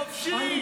חופשי.